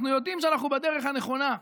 אנחנו יודעים שאנחנו בדרך הנכונה.